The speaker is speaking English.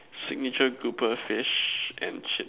signature grouper fish and chip